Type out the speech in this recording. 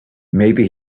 maybe